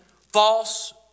false